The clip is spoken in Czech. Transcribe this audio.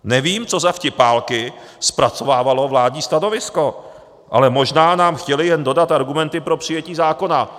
Nevím, co za vtipálky zpracovávalo vládní stanovisko, ale možná nám chtěli jen dodat argumenty pro přijetí zákona.